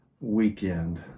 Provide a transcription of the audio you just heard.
weekend